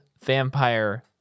vampire